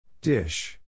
Dish